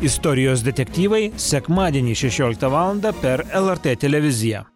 istorijos detektyvai sekmadienį šešioliktą valandą per lrt televiziją